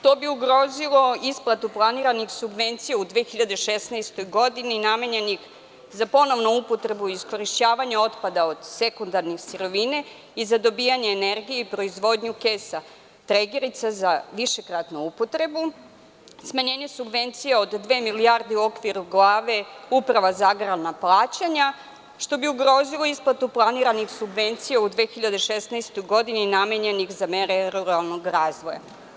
To bi ugrozilo isplatu planiranih subvencija u 2016. godini, namenjenih za ponovnu upotrebu i iskorišćavanje otpada od sekundarne sirovine i za dobijanje energije i proizvodnju kesa tregerica za višekratnu upotrebu, smanjenje subvencija od dve milijarde u okviru glave Uprave za agrarna plaćanja, što bi ugrozilo isplatu planiranih subvencija u 2016. godini namenjenih za mere ruralnog razvoja.